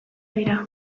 dira